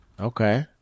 Okay